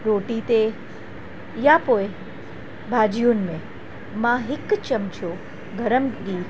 रोटी ते या पोइ भाॼियुनि में मां हिकु चम्चो गरमु गीहु